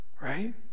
right